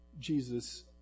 Jesus